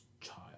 child